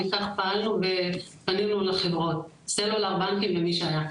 וכך פעלנו ופנינו לחברות סלולר בנקים ומי שהיה.